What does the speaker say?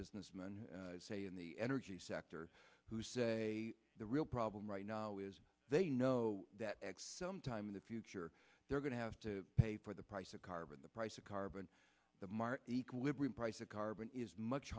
businessmen who say in the energy sector the real problem right now is they know that sometime in the future they're going to have to pay for the price of carbon the price of carbon the mark equilibrium price of carbon is much